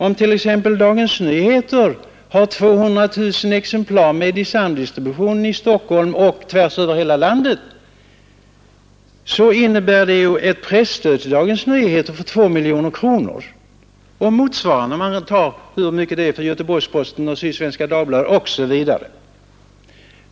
Om t.ex. Dagens Nyheter har 200 000 exemplar med i samdistributionen i Stockholm och ute i landet innebär det ett presstöd till tidningen på 2 miljoner kronor. Motsvarande stöd får Göteborgs-Posten och Sydsvenska Dagbladet o. a.